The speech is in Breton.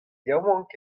yaouank